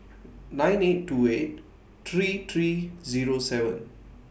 nine eight two eight three three Zero seven